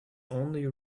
only